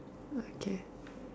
okay